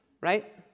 right